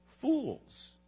fools